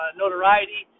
notoriety